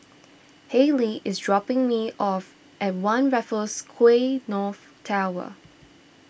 Hadley is dropping me off at one Raffles Quay North Tower